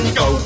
go